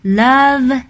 love